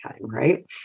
right